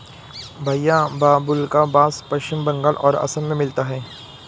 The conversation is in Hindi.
भईया बाबुल्का बास पश्चिम बंगाल और असम में मिलता है